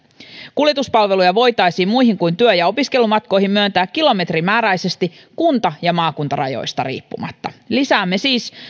kuljetuspalveluja voitaisiin myöntää muihin kuin työ ja opiskelumatkoihin kilometrimääräisesti kunta ja maakuntarajoista riippumatta lisäämme siis